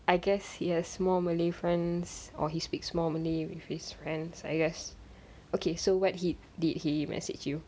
I guess he has more malay friends or he speaks more malay with his friends I guess okay so what he did he message you